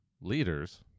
leaders